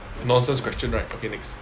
nonsense question right okay next